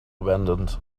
abandoned